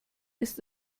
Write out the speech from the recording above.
ist